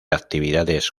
actividades